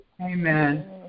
Amen